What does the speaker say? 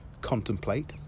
contemplate